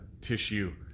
tissue